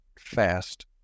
fast